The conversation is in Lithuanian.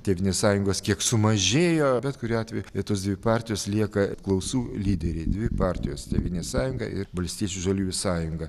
tėvynės sąjungos kiek sumažėjo bet kuriuo atveju tos dvi partijos lieka apklausų lyderiai dvi partijos tėvynės sąjunga ir valstiečių žaliųjų sąjunga